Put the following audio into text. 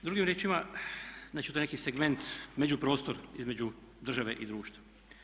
Drugim riječima, znači to je neki segment, međuprostor između države i društva.